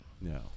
no